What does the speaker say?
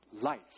life